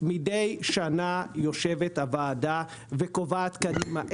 ומידי שנה יושבת הוועדה וקובעת קדימה.